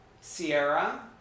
Sierra